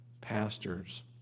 pastors